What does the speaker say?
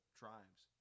tribes